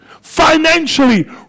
financially